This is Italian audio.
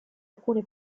alcune